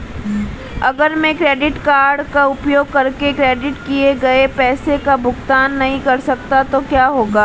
अगर मैं credit card का उपयोग करके क्रेडिट किए गए पैसे का भुगतान नहीं कर सकता तो क्या होगा?